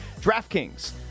DraftKings